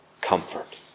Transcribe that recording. comfort